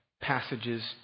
passages